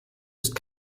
ist